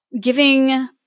giving